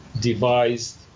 devised